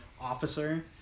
officer